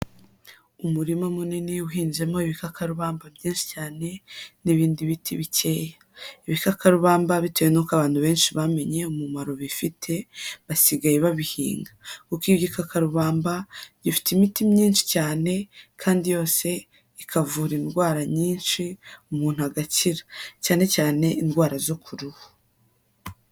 Umurima munini uhinzemo ibikakarubamba byinshi cyane n'ibindi biti bikeya. Ibikakarubamba bitewe nuko abantu benshi bamenye umumaro bifite, basigaye babihinga. Kuko igikakarubamba gifite imiti myinshi cyane, kandi yose ikavura indwara nyinshi umuntu agakira cyane cyane indwara zo ku ruhu.